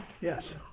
Yes